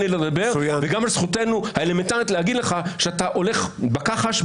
לדבר וגם על זכותנו האלמנטרית להגיד לך שאתה הולך בכחש,